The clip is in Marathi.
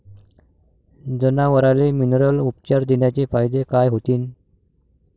जनावराले मिनरल उपचार देण्याचे फायदे काय होतीन?